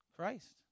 Christ